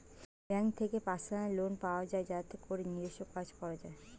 bank থেকে personal loan পাওয়া যায় যাতে করে নিজস্ব কাজ করা যায়